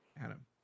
Adam